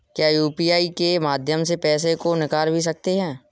क्या यू.पी.आई के माध्यम से पैसे को निकाल भी सकते हैं?